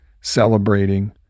celebrating